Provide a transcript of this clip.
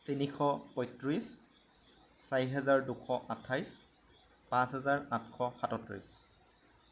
তিনিশ পঁয়ত্ৰিছ চাৰি হেজাৰ দুশ আঠাইছ পাঁচ হাজাৰ আঠশ সাতত্ৰিছ